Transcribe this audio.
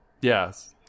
yes